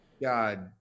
God